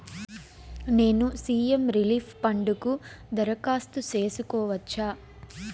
నేను CM relief fund కు దరఖాస్తు సేసుకోవచ్చా?